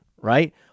right